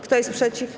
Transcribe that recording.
Kto jest przeciw?